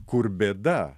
kur bėda